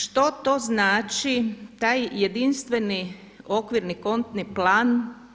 Što to znači taj jedinstveni okvirni kontni plan?